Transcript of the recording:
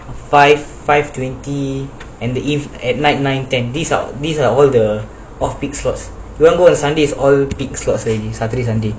five five twenty and the eve~ at night nine ten these are these are all the off peak slots you want go on sundays is all peak slot already saturday sunday